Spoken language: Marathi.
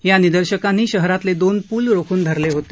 या निदर्शकांनी शहरातले दोन पूल रोखून धरले होते